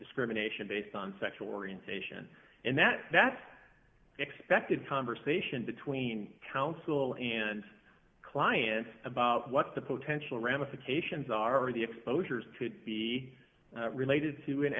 discrimination based on sexual orientation and that that's expected conversation between counsel and clients about what the potential ramifications are or the exposures to be related to an